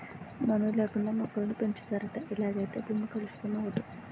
మన్ను లేకుండా మొక్కలను పెంచుతారట ఇలాగైతే భూమి కలుషితం అవదు